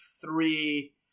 three